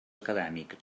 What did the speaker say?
acadèmic